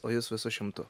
o jus visu šimtu